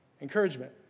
encouragement